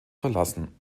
verlassen